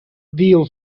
deal